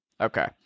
Okay